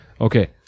okay